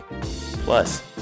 Plus